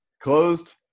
closed